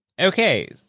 Okay